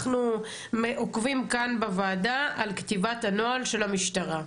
אנחנו עוקבים כאן בוועדה על כתיבת הנוהל של המשטרה.